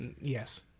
yes